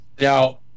Now